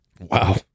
Wow